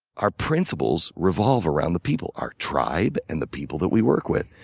our principles revolve around the people our tribe and the people that we work with.